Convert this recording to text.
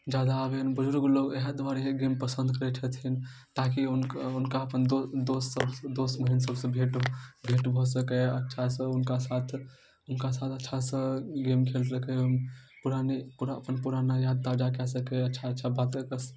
जादा आबनि बुजुर्ग लोग इएह दुआरे इहे गेम पसन्द करैत छथिन ताकि हूनका हुनका अपन दोस्त दोस्त सब दोस्त महिम सबसँ भेट भेट भऽ सकै अच्छासँ हुनका साथ हुनका साथ अच्छासँ गेम खेल सकै पुराना अपन पुराना याद ताजा कए सकै अच्छा अच्छा बात